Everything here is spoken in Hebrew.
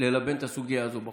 ללבן את הסוגיה הזאת בחוץ.